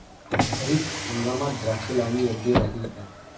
खरीप हंगामात द्राक्षे लावणे योग्य राहिल का?